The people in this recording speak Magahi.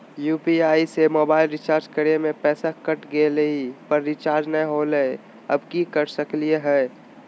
यू.पी.आई से मोबाईल रिचार्ज करे में पैसा कट गेलई, पर रिचार्ज नई होलई, अब की कर सकली हई?